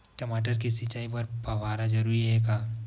टमाटर के सिंचाई बर फव्वारा जरूरी हे का?